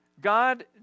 God